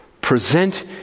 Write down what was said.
present